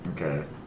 okay